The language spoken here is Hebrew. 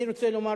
אני רוצה לומר,